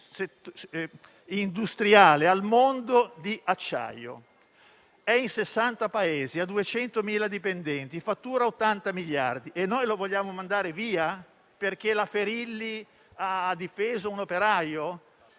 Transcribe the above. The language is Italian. industriale al mondo di acciaio. È in 60 Paesi, ha 200.000 dipendenti, fattura 80 miliardi; noi vogliamo mandarlo via? Perché Sabrina Ferilli ha difeso un operaio?